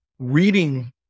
Reading